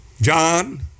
John